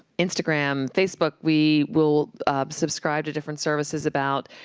instagram, facebook. we will subscribe to different services about,